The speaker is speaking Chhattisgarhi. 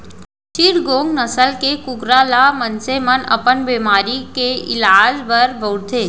चिटगोंग नसल के कुकरा ल मनसे मन अपन बेमारी के इलाज बर बउरथे